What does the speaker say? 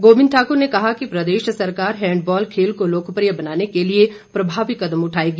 गोविंद ठाकर ने कहा कि प्रदेश सरकार हैंडबॉल खेल को लोकप्रिय बनाने के लिए प्रभावी कदम उठाएगी